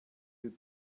you